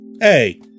Hey